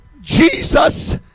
Jesus